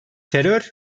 terör